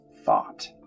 thought